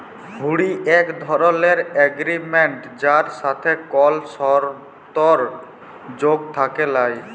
হুঁড়ি এক ধরলের এগরিমেনট যার সাথে কল সরতর্ যোগ থ্যাকে ল্যায়